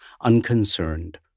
unconcerned